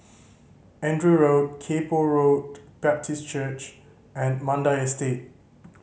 Andrew Road Kay Poh Road Baptist Church and Mandai Estate